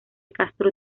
castro